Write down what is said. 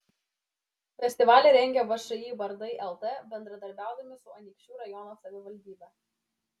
festivalį rengia všį bardai lt bendradarbiaudami su anykščių rajono savivaldybe